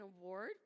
award